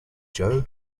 joe